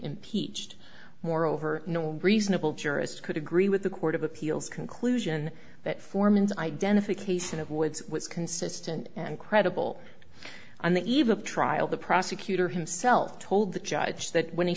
impeached moreover no reasonable jurist could agree with the court of appeals conclusion that foreman's identification of woods was consistent and credible on the eve of trial the prosecutor himself told the judge that when he